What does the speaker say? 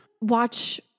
watch